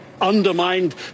undermined